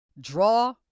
draw